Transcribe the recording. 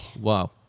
Wow